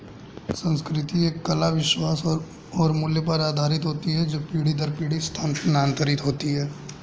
संस्कृति एवं कला विश्वास और मूल्य पर आधारित होती है जो पीढ़ी दर पीढ़ी स्थानांतरित होती हैं